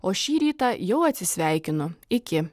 o šį rytą jau atsisveikinu iki